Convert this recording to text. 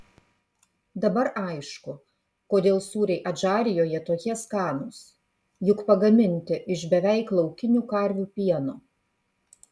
dabar aišku kodėl sūriai adžarijoje tokie skanūs juk pagaminti iš beveik laukinių karvių pieno